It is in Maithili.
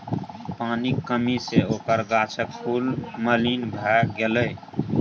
पानिक कमी सँ ओकर गाछक फूल मलिन भए गेलै